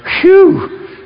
Phew